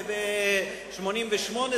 ו-88,